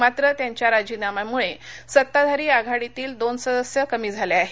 मात्र त्यांच्या राजीनाम्यामुळे सत्ताधारी आघाडीतील दोन सदस्य कमी झाले आहेत